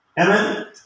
Amen